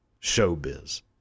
showbiz